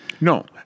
No